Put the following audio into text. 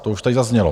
To už tady zaznělo.